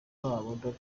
wabo